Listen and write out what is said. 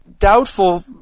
Doubtful